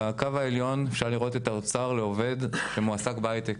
בקו העליון אפשר לראות את האוצר לעובד שמועסק בהייטק,